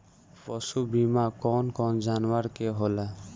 पशु बीमा कौन कौन जानवर के होला?